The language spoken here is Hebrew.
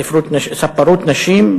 ספרות נשים,